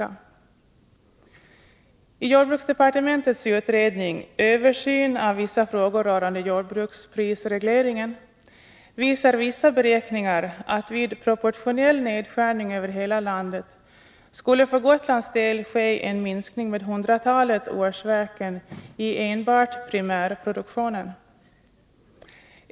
Enligt jordbruksdepartementets utredning Översyn av vissa frågor rörande jordbruksprisregleringen visar vissa beräkningar, att vid proportionell nedskärning över hela landet skulle för Gotlands del ske en minskning med hundratalet årsverken i enbart primärproduktionen.